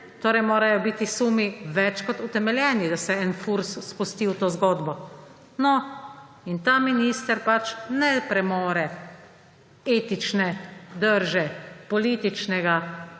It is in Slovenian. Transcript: Torej morajo biti sumi več kot utemeljeni, da se en Furs spusti v to zgodbo. No in ta minister pač ne premore etične drže političnega